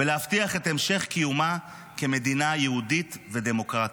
ולהבטיח את המשך קיומה כמדינה יהודית ודמוקרטית.